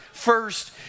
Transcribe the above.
first